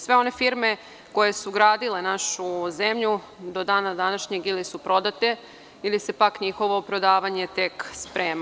Sve one firme koje su gradile našu zemlju do dana današnjeg ili su prodate ili se njihovo prodavanje tek sprema.